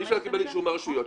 אי אפשר לקבל אישור מהרשויות.